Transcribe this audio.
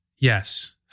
Yes